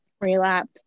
relapse